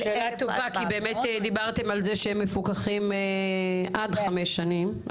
שאלה טובה כי באמת אמרתם שהם מפוקחים עד חמש שנים.